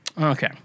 okay